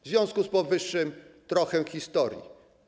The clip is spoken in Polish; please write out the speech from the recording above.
W związku z powyższym trochę historii.